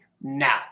Now